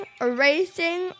erasing